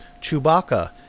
Chewbacca